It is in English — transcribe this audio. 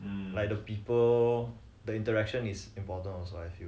like the people the interaction is important also I feel